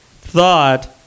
thought